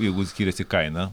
jeigu skiriasi kaina